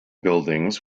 buildings